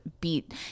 beat